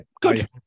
Good